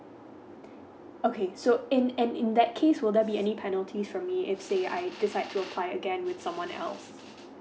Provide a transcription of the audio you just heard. okay so in in that case will there be any penalty for me if say I decide to apply again with someone else